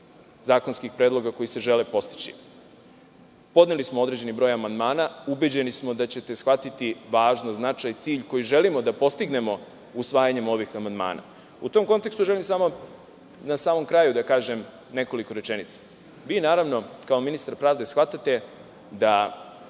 zakonskih predloga koji se žele postići. Podneli smo određeni broj amandmana. Ubeđeni smo da ćete shvatiti važnost, značaj, cilj koji želimo da postignemo usvajanjem ovih amandmana.U tom kontekstu, želim na samom kraju da kažem nekoliko rečenica, vi naravno, kao ministar pravde, shvatate da